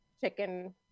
chicken